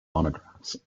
monographs